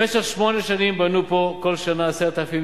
כבוד השר יצחק כהן,